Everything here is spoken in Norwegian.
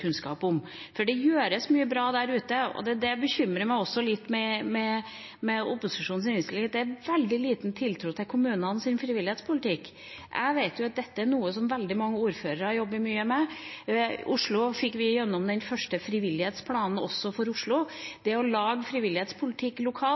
kunnskap om, for det gjøres mye bra der ute. Opposisjonens innstilling bekymrer meg litt – det er veldig liten tiltro til kommunenes frivillighetspolitikk. Jeg vet at dette er noe som veldig mange ordførere jobber mye med. I Oslo fikk vi gjennom den første frivillighetsplanen for Oslo. Det å ha frivillighetspolitikk lokalt er ganske viktig for å kunne kanalisere alt